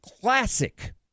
classic